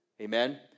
Amen